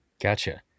Gotcha